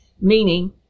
meaning